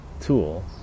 tool